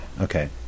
Okay